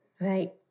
Right